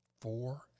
four